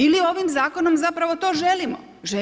Ili ovim zakonom zapravo to želimo?